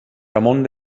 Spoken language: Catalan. ramon